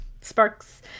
sparks